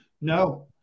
no